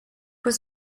was